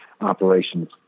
operations